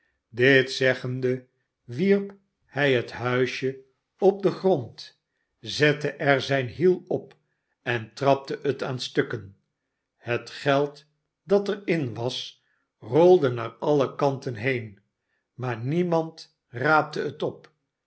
dit zeggende wierp hij het huisje op den grond zette er zijn hiel op en trapte het aan stukken het geld dat er in was rolde naar alle kanten heen maar niemand raapte het op